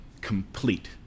complete